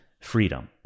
freedom